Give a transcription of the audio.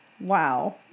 Wow